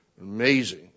Amazing